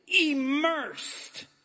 immersed